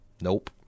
Nope